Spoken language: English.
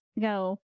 go